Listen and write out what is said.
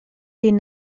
den